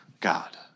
God